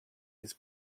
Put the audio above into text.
his